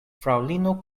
fraŭlino